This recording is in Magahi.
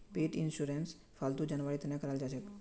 पेट इंशुरंस फालतू जानवरेर तने कराल जाछेक